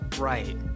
Right